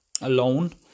alone